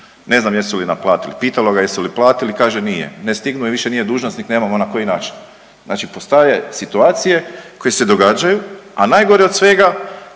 ne znam jesu li naplatili, pitalo ga je jesu li platili kaže nije ne stignu i više nije dužnosnik nemamo na koji način. Znači postaje situacije koje se događaju, a najgore od svega